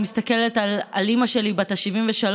אני מסתכלת על אימא שלי בת ה-73,